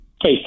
Hey